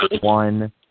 one